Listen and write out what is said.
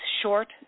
short